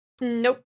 Nope